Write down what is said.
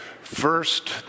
first